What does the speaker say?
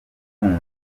kumva